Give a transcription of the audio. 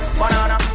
banana